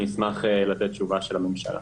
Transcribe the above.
אני אשמח לתת תשובה של הממשלה.